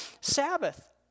Sabbath